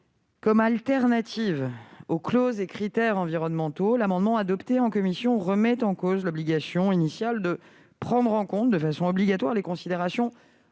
comme alternative aux clauses et critères environnementaux, l'amendement adopté en commission remet en cause l'obligation initiale de prendre en compte de façon obligatoire les considérations environnementales